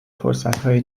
فرصتهای